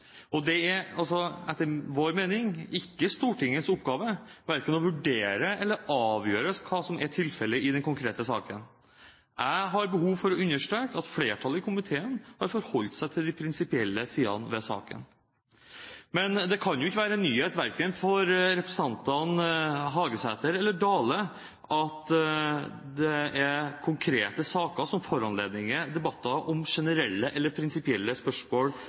Det er etter vår mening ikke Stortingets oppgave verken å vurdere eller avgjøre hva som er tilfellet i den konkrete saken. Jeg har behov for å understreke at flertallet i komiteen har forholdt seg til de prinsipielle sidene ved saken. Men det kan ikke være noen nyhet, verken for representantene Hagesæter eller Dale, at det er konkrete saker som foranlediger debatter om generelle eller prinsipielle spørsmål